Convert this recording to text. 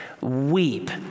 weep